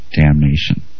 damnation